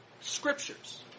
scriptures